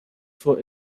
for